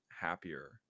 happier